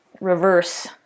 reverse